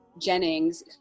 Jennings